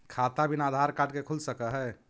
खाता बिना आधार कार्ड के खुल सक है?